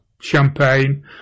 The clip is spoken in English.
champagne